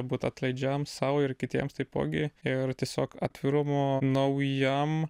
būt atlaidžiam sau ir kitiems taipogi ir tiesiog atvirumo naujam